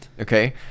Okay